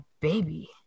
baby